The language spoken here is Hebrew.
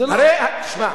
זה לא, תשמע,